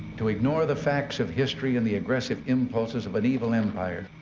to ignore the facts of history and the aggressive impulses of an evil empire,